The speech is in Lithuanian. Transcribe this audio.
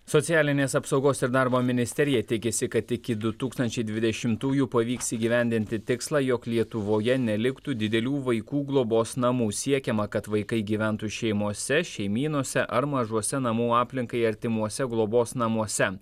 socialinės apsaugos ir darbo ministerija tikisi kad iki du tūkstančiai dvidešimtųjų pavyks įgyvendinti tikslą jog lietuvoje neliktų didelių vaikų globos namų siekiama kad vaikai gyventų šeimose šeimynose ar mažuose namų aplinkai artimuose globos namuose